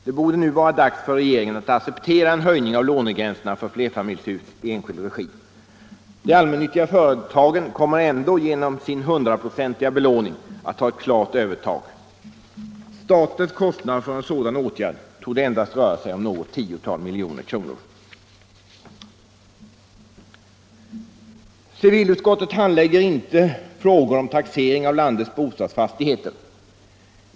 Det borde nu vara dags för regeringen att acceptera en höjning av lånegränserna för flerfamiljshus i enskild regi. De allmännyttiga företagen kommer ändå genom sin 100-procentiga belåning att ha ett klart övertag. Statens kostnad för en sådan åtgärd torde endast röra sig om något tiotal miljoner kronor. Civilutskottet handlägger inte frågor om taxering av landets bostadsfastigheter.